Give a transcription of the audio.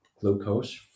glucose